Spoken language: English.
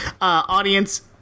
Audience